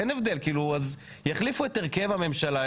אין הבדל כאילו אז יחליפו את הרכב הממשלה,